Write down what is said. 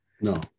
No